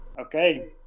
Okay